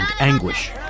anguish